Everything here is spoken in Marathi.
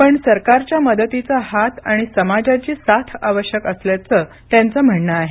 पण सरकारच्या मदतीचा हात आणि समाजाची साथ आवश्यक असल्याचं त्यांचं म्हणणं आहे